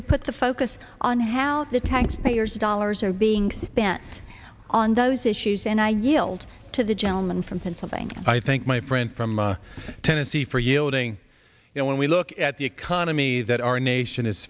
to put the focus on how the taxpayers dollars are being spent on those issues and i yield to the gentleman from pennsylvania i think my friend from tennessee for yielding you know when we look at the economy that our nation is